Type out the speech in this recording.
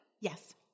Yes